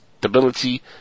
stability